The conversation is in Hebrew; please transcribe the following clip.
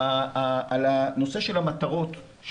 על הנושא של המטרות,